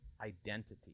identity